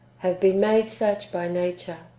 have been made such by nature.